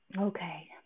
Okay